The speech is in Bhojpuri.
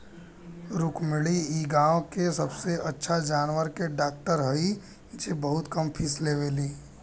रुक्मिणी इ गाँव के सबसे अच्छा जानवर के डॉक्टर हई जे बहुत कम फीस लेवेली